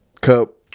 cup